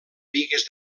bigues